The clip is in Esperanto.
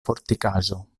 fortikaĵo